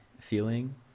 feeling